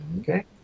okay